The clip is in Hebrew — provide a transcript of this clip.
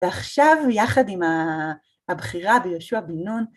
ועכשיו, יחד עם הבחירה ביהושע בן נון,